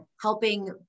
helping